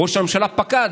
ראש הממשלה פקד.